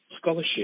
scholarship